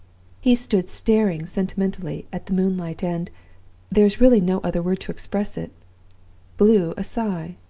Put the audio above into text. he stood staring sentimentally at the moonlight and there is really no other word to express it blew a sigh.